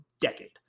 decade